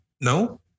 no